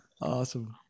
awesome